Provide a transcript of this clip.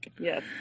Yes